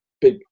big